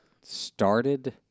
started